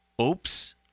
Oops